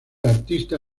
artista